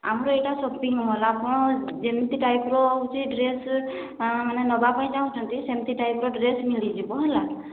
ଆମର ଏଇଟା ସପିଙ୍ଗ ମହଲ ଆପଣ ଯେମତି ଟାଇପ୍ର ହେଉଛି ଡ୍ରେସ୍ ମାନେ ନେବାପାଇଁ ଚାହୁଁଛନ୍ତି ସେମତି ଟାଇପ୍ର ଡ୍ରେସ୍ ମିଳିଯିବ ହେଲା